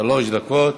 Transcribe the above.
שלוש דקות.